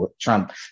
Trump